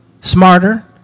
smarter